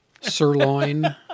Sirloin